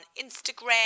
Instagram